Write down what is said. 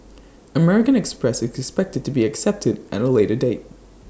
American express is expected to be accepted at A later date